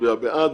יצביע בעד.